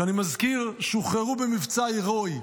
שאני מזכיר ששוחררו במבצע הירואי,